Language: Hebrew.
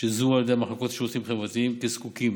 שזוהו על ידי המחלקות לשירותים חברתיים כזקוקים,